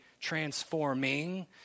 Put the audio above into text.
transforming